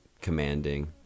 commanding